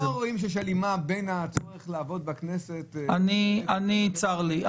לא רואים שיש הלימה בין הצורך לעבוד בכנסת --- צר לי.